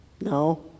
no